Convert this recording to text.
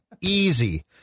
easy